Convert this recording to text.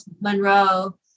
monroe